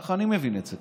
ככה אני מבין את זה,